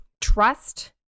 trust